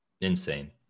Insane